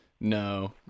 No